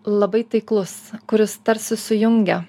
labai taiklus kuris tarsi sujungia